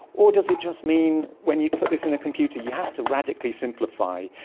or does it just mean when you put this in a computer, you have to radically simplify,